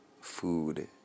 food